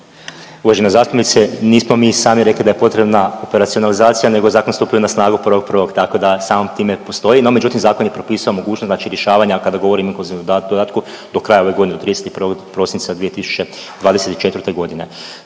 Uvažena zastupnice, nismo mi sami rekli da je potrebna operacionalizacija nego je zakon stupio na snagu 1.1., tako da samim time postoji, no međutim, zakon je propisao mogućnost znači rješavanja, kada govorimo o inkluzivnom dodatku, do kraja ove godine, do 31. prosinca 2024. g.